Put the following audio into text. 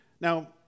Now